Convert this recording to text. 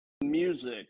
music